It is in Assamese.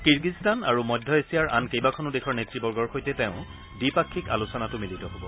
কিৰ্গিজস্তান আৰু মধ্য এছিয়াৰ আন কেইবাখনো দেশৰ নেত়বৰ্গৰ সৈতে তেওঁ দ্বিপাক্ষিক আলোচনাত মিলিত হব